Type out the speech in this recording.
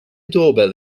doorbell